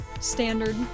standard